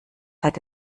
hat